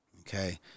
Okay